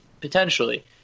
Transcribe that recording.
Potentially